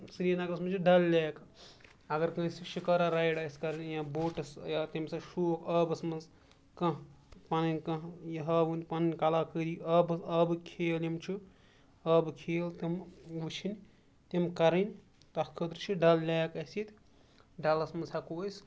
سرینگرَس منٛز چھِ ڈَل لیک اگر کٲنٛسہِ شِکارا رایِڈ آسہِ کَرٕنۍ یا بوٹٕس یا تٔمِس آسہِ شوق آبَس منٛز کانٛہہ پَنٕنۍ کانٛہہ یہِ ہاوُن پَنٕنۍ کَلاکٲری آبَس آبٕکۍ کھیل یِم چھُ آبہٕ کھیل تِم وٕچھِنۍ تِم کَرٕنۍ تَتھ خٲطرٕ چھِ ڈَل لیک اَسہِ ییٚتہِ ڈَلَس منٛز ہیٚکو أسۍ